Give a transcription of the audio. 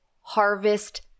harvest